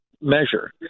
measure